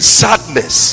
sadness